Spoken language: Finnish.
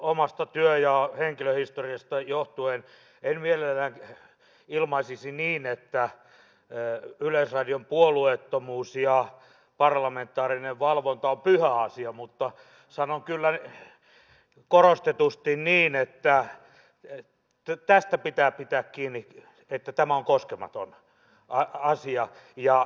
omasta työ ja henkilöhistoriasta johtuen en mielelläni ilmaisisi niin että yleisradion puolueettomuus ja parlamentaarinen valvonta on pyhä asia mutta sanon kyllä korostetusti niin että pitää pitää kiinni tästä että tämä on koskematon asia